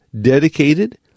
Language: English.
dedicated